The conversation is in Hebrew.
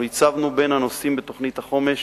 אנחנו הצבנו בין הנושאים בתוכנית החומש